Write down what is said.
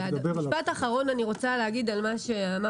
משפט אחרון אני רוצה לומר לגבי מה שאמר